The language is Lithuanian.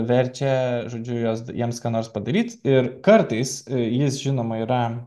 verčia žodžiu jos jiems ką nors padaryt ir kartais jis žinoma yra